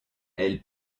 elle